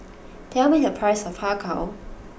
tell me the price of Har Kow